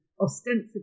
ostensibly